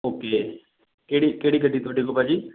okay ਕਿਹੜੀ ਕਿਹੜੀ ਗੱਡੀ ਤੁਹਾਡੇ ਕੋਲ ਭਾਅ ਜੀ